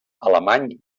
alemany